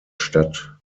stadt